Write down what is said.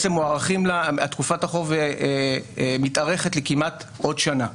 תקופת החוב מתארכת לעוד שנה כמעט.